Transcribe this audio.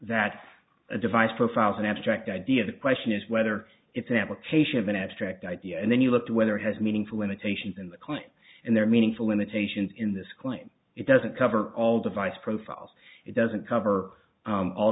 that a device profiles an abstract idea the question is whether it's an application of an abstract idea and then you look to whether has meaningful limitations in the client and there are meaningful limitations in this claim it doesn't cover all device profiles it doesn't cover